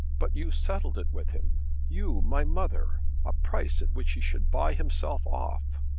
but you settled it with him you, my mother a price at which he should buy himself off!